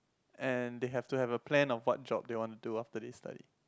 and they have to have a plan of what job they want to do after they study